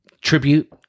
tribute